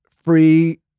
free